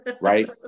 right